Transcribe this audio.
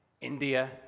India